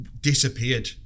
disappeared